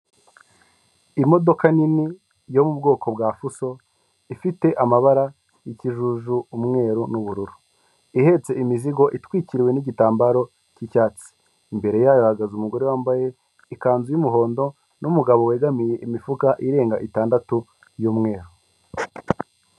Imodoka nini yo mu bwoko bwa fuso ifite amabara y'ikijuju, umweru n'ubururu, ihetse imizigo itwikiriwe n'igitambaro cy'icyatsi, imbere yayo hahagaze umugore wambaye ikanzu y'umuhondo n'umugabo wegamiye imifuka irenga itandatu y'umweru.